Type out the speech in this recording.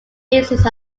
basis